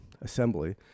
assembly